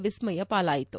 ವಿಸ್ಲಯಾ ಪಾಲಾಯಿತು